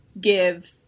give